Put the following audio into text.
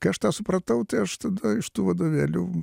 kai aš tą supratau tai aš tada iš tų vadovėlių